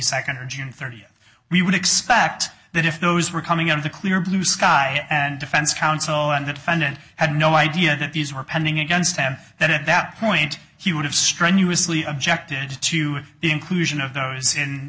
second or june thirtieth we would expect that if those were coming out of the clear blue sky and defense counsel on that fund and had no idea that these were pending against him that at that point he would have strenuously objected to the inclusion of those in